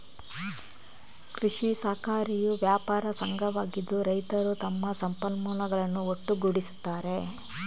ಕೃಷಿ ಸಹಕಾರಿಯು ವ್ಯಾಪಾರ ಸಂಘವಾಗಿದ್ದು, ರೈತರು ತಮ್ಮ ಸಂಪನ್ಮೂಲಗಳನ್ನು ಒಟ್ಟುಗೂಡಿಸುತ್ತಾರೆ